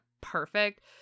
perfect